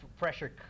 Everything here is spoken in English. pressure